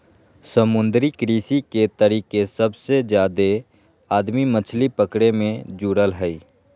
समुद्री कृषि के तरीके सबसे जादे आदमी मछली पकड़े मे जुड़ल हइ